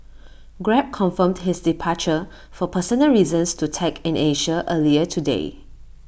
grab confirmed his departure for personal reasons to tech in Asia earlier today